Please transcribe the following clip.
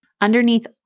Underneath